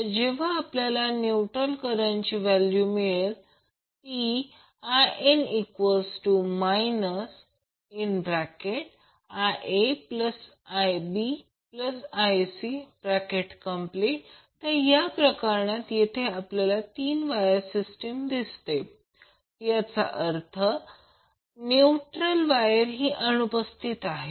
तर तेव्हा आपल्याला न्यूट्रल करंटची व्हॅल्यू ही मिळेल In IaIbIc तर या प्रकरणात जेथे आपल्याला तीन वायर सिस्टीम दिसते याचा अर्थ न्यूट्रल वायर ही अनुपस्थित आहे